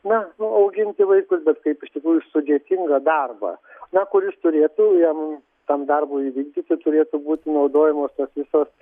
na auginti vaikus bet kaip iš tikrųjų sudėtingą darbą na kuris turėtų jiem tam darbui įvykdyti turėtų būti naudojamos tos visos